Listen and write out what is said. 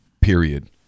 period